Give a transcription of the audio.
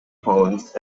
poems